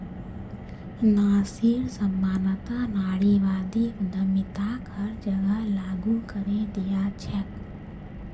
नारिर सम्मानत नारीवादी उद्यमिताक हर जगह लागू करे दिया छेक